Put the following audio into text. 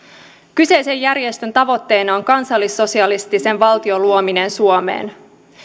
kyseisen järjestön tavoitteena on kansallissosialistisen valtion luominen suomeen